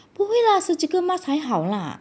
不会啦 surgical mask 还好啦